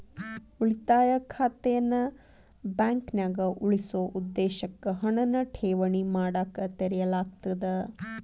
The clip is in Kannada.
ಉಳಿತಾಯ ಖಾತೆನ ಬಾಂಕ್ನ್ಯಾಗ ಉಳಿಸೊ ಉದ್ದೇಶಕ್ಕ ಹಣನ ಠೇವಣಿ ಮಾಡಕ ತೆರೆಯಲಾಗ್ತದ